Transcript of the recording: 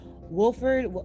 Wolford